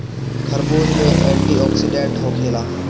खरबूज में एंटीओक्सिडेंट होखेला